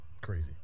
crazy